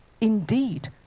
Indeed